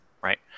right